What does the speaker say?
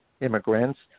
immigrants